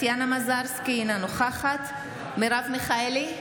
טטיאנה מזרסקי, אינה נוכחת מרב מיכאלי,